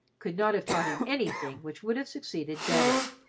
could not have taught him anything which would have succeeded better.